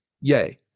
yay